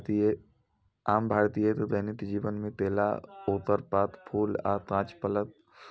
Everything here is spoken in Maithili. आम भारतीय के दैनिक जीवन मे केला, ओकर पात, फूल आ कांच फलक उपयोग होइ छै